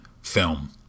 film